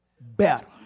better